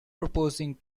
proposing